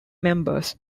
members